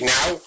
Now